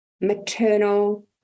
maternal